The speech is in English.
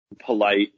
polite